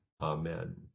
Amen